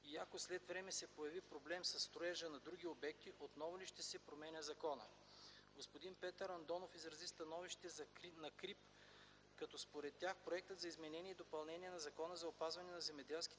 и ако след време се появи проблем със строежа на други обекти, отново ли ще се променя закона? Господин Петър Андонов изрази становището на КРИБ, като според тях, проектът за изменение и допълнение на Закона за опазване на земеделските